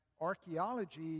archaeology